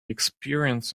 experience